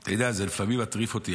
אתה יודע, זה לפעמים מטריף אותי.